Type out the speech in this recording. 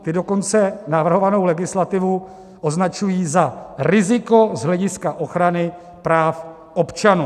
Ty dokonce navrhovanou legislativu označují za riziko z hlediska ochrany práv občanů.